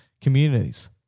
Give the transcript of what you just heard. communities